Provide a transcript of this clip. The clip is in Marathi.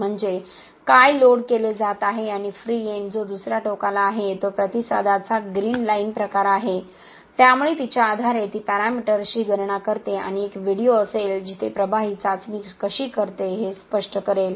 म्हणजे काय लोड केले जात आहे आणि फ्री एंड जो दुसर्या टोकाला आहे तो प्रतिसादाचा ग्रीन लाइन प्रकार आहे त्यामुळे तिच्या आधारे ती पॅरामीटर्सची गणना करते आणि एक व्हिडिओ असेल जिथे प्रभा ही चाचणी कशी करते हे स्पष्ट करेल